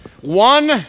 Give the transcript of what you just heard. One